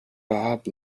bob